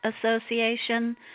Association